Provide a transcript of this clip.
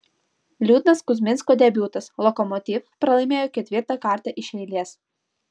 liūdnas kuzminsko debiutas lokomotiv pralaimėjo ketvirtą kartą iš eilės